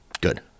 Good